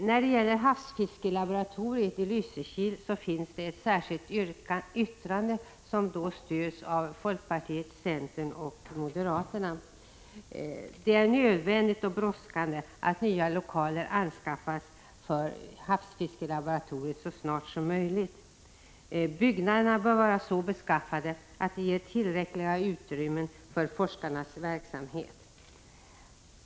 När det gäller havsfiskelaboratoriet i Lysekil finns det ett särskilt yttrande som stöds av folkpartiet, centern och moderaterna. Det är nödvändigt att nya lokaler anskaffas för havsfiskelaboratoriet så snart som möjligt. Byggnaderna bör vara så beskaffade att de ger tillräckligt utrymme för forskarnas verksamhet.